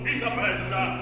Isabella